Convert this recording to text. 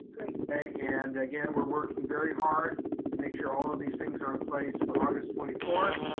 great. and again, we're working very hard to make sure all of these things are in place for august twenty fourth.